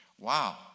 Wow